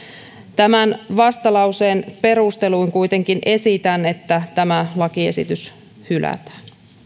tämän vastalauseen perusteluin kuitenkin esitän että tämä lakiesitys hylätään